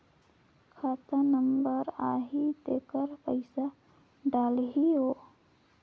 खाता नंबर आही तेकर पइसा डलहीओ?